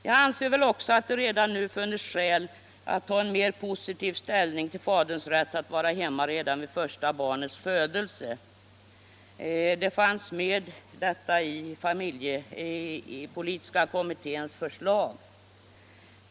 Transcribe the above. Jag anser också att det redan nu finns skäl att ta mer positiv ställning till faderns rätt att vara hemma redan vid första barnets födelse. Detta fanns med i familjepolitiska kommitténs förslag.